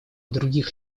других